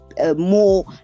More